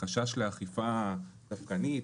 חשש לאכיפה דווקנית",